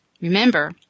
Remember